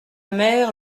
mer